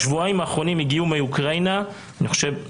בשבועיים האחרונים הגיעו מאוקראינה -- אנחנו